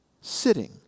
sitting